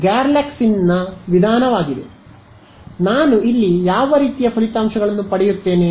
ಆದ್ದರಿಂದ ನಾನು ಇಲ್ಲಿ ಯಾವ ರೀತಿಯ ಫಲಿತಾಂಶಗಳನ್ನು ಪಡೆಯುತ್ತೇನೆ